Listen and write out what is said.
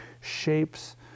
shapes